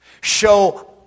Show